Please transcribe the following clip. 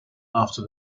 after